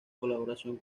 colaboración